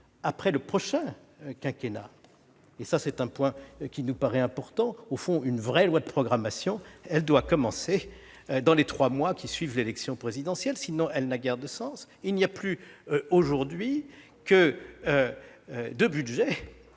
après le prochain quinquennat. Il s'agit à nos yeux d'un point important. Au fond, une vraie loi de programmation doit commencer dans les trois mois qui suivent l'élection présidentielle, sinon cela n'a guère de sens ! Vous n'avez plus aujourd'hui que deux lois